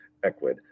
Equid